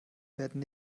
werden